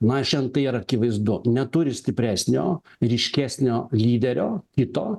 na šian tai yra akivaizdu neturi stipresnio ryškesnio lyderio kito